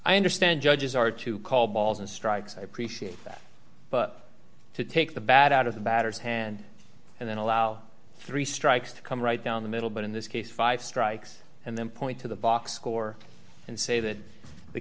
i understand judges are to call balls and strikes i appreciate that but to take the bad out of the batter's hand and then allow three strikes to come right down the middle but in this case five strikes and then point to the box score and say that the